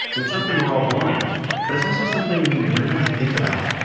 and it's something we're all born with, but it's also something we rarely think about.